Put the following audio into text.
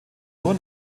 nur